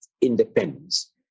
independence